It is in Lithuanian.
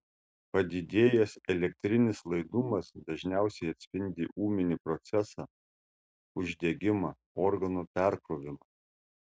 padidėjęs elektrinis laidumas dažniausiai atspindi ūminį procesą uždegimą organo perkrovimą